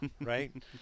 right